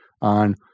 on